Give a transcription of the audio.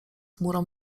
chmurą